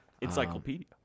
Encyclopedia